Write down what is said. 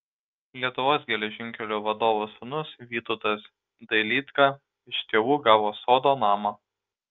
lietuvos geležinkelių vadovo sūnus vytautas dailydka iš tėvų gavo sodo namą